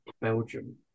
Belgium